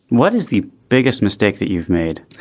what is the biggest mistake that you've made